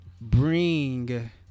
bring